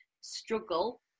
struggle